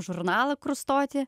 žurnalą kur stoti